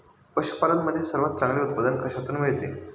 पशूपालन मध्ये सर्वात चांगले उत्पादन कशातून मिळते?